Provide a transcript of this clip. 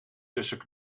tussen